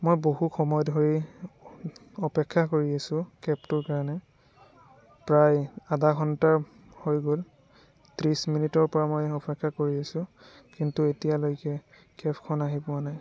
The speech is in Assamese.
মই বহু সময় ধৰি অপেক্ষা কৰি আছোঁ কেবটোৰ কাৰণে প্ৰায় আধা ঘন্টাৰ হৈ গ'ল ত্ৰিছ মিনিটৰ পৰা মই অপেক্ষা কৰি আছোঁ কিন্তু এতিয়ালৈকে কেবখন আহি পোৱা নাই